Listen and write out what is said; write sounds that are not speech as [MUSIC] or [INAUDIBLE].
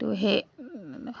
[UNINTELLIGIBLE]